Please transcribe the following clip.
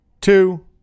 two